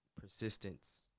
persistence